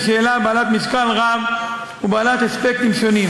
שאלה בעלת משקל רב ובעלת אספקטים שונים.